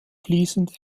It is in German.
fließend